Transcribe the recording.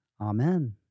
Amen